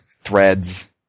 threads